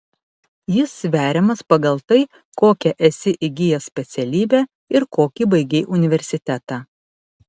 jis sveriamas pagal tai kokią esi įgijęs specialybę ir kokį baigei universitetą